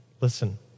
Listen